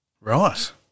Right